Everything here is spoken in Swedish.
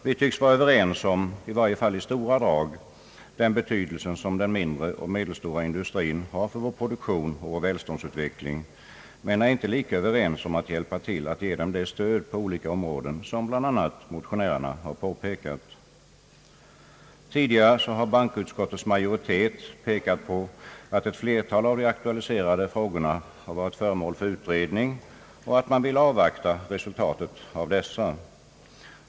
Vi tycks, i varje fall i stora drag, vara överens om den betydelse som den mindre och medelstora industrin har för vår produktion och vår välståndsutveckling, men vi är inte lika överens om att hjälpa till att ge den det stöd på olika områden, som bl.a. motionärerna påpekat. Tidigare har bankoutskottets majoritet pekat på att ett flertal av de aktualiserade frågorna var föremål för utredningar och att man ville avvakta resultatet av dessa.